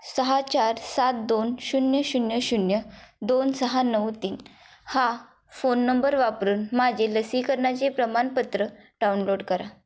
सहा चार सात दोन शून्य शून्य शून्य दोन सहा नऊ तीन हा फोन नंबर वापरून माझे लसीकरणाचे प्रमाणपत्र डाउनलोड करा